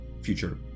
future